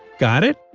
got it?